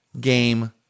game